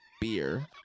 beer